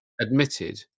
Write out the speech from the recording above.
Admitted